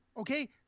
okay